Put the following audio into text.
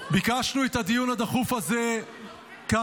ביקשנו את הדיון הדחוף הזה כאן,